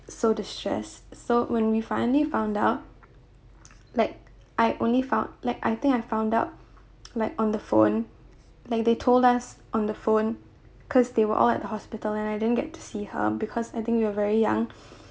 so the stress so when we finally found out like I only found like I think I found out like on the phone like they told us on the phone cause they were all at the hospital and I didn't get to see her because I think we were very young